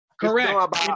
Correct